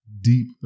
deep